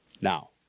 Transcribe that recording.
Now